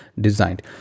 designed